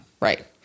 Right